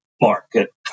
market